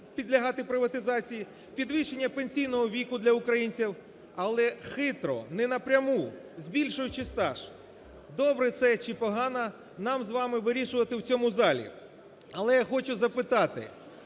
підлягати приватизації, підвищення пенсійного віку для українців, але хитро, не напряму – збільшуючи стаж. Добре це чи погано – нам з вами вирішувати в цьому залі. Але я хочу запитати,